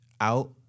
out